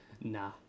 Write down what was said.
Nah